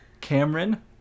Cameron